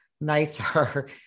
nicer